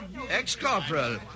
Ex-Corporal